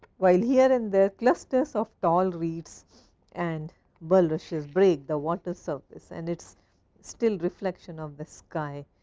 while here and there clusters of tall reeds and bulrushes break the water's surface and it's still reflection of the sky.